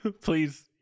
Please